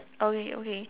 are we okay